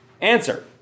Answer